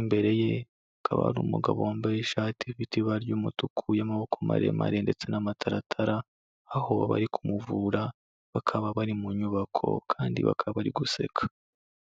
imbere ye hakaba hari umugabo wambaye ishati ifite ibara ry'umutuku y'amaboko maremare ndetse n'amataratara, aho bari kumuvura bakaba bari mu nyubako kandi bakaba bari guseka.